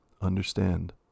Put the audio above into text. understand